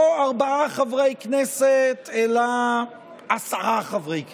לא ארבעה חברי כנסת אלא עשרה חברי כנסת,